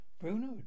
Bruno